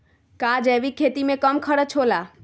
का जैविक खेती में कम खर्च होला?